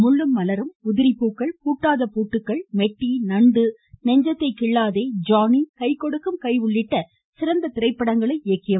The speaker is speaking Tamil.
முள்ளும் மலரும் உதிரிப்பூக்கள் பூட்டாத பூட்டுக்கள் மெட்டி நண்டு நெஞ்சத்தை கிள்ளாதே ஜானி கை கொடுக்கும் கை உள்ளிட்ட சிறந்த திரைப்படங்களை இயக்கியவர்